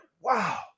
wow